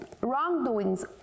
wrongdoings